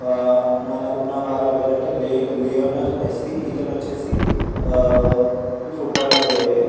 మనకు ఉన్నవారు ఎవరు అంటే లియోనల్ మెస్సి ఇతను వచ్చేసి ఫుట్బాల్ ప్లేయరే